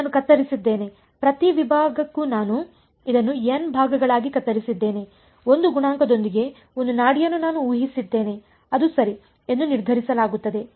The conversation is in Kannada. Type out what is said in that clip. ನಾನು ಕತ್ತರಿಸಿದ್ದೇನೆ ಪ್ರತಿ ವಿಭಾಗಕ್ಕೂ ನಾನು ಇದನ್ನು n ಭಾಗಗಳಾಗಿ ಕತ್ತರಿಸಿದ್ದೇನೆ 1 ಗುಣಾಂಕದೊಂದಿಗೆ 1 ನಾಡಿಯನ್ನು ನಾನು ಊಹಿಸಿದ್ದೇನೆ ಅದು ಸರಿ ಎಂದು ನಿರ್ಧರಿಸಲಾಗುತ್ತದೆ